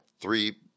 three